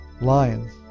Lions